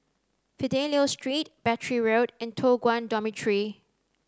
Fidelio Street Battery Road and Toh Guan Dormitory